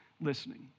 listening